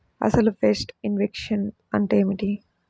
అసలు pest infection అంటే ఏమిటి?